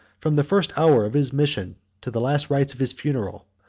from the first hour of his mission to the last rites of his funeral,